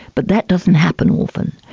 but that doesn't happen often.